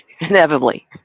inevitably